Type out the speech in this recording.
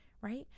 right